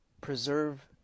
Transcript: preserve